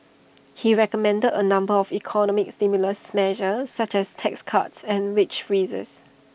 he recommended A number of economic stimulus measures such as tax cuts and wage freezes